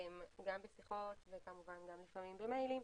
גם בשיחות ולפעמים גם במיילים.